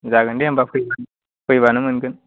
जागोन दे होमब्ला फै फैब्लानो मोनगोन